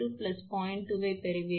2𝑉1 பெறுவீர்கள்